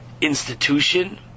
institution